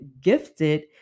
gifted